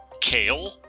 Kale